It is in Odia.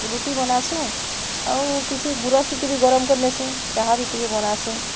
ରୁଟି ବନାସୁଁ ଆଉ କିଛି ଗୁରସ୍ ଟିକେ ବି ଗରମ କରି ନେସୁଁ ଚାହା ବି ଟିକେ ବନାସୁଁ